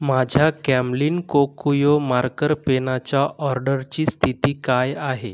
माझ्या Camlin Kokuyo marker पेनाच्या ऑर्डरची स्थिती काय आहे